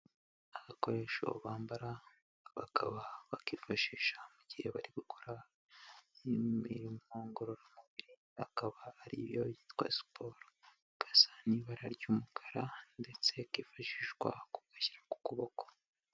Agakoresho bambara, bakaba bakifashisha mu gihe bari gukora imirimo ngororamubiri, akaba ari iyo yitwa siporo gasa n'ibara ry'umukara ndetse kifashishwa kugashyira ku kuboko.